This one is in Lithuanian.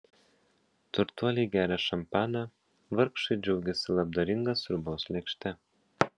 turtuoliai geria šampaną vargšai džiaugiasi labdaringa sriubos lėkšte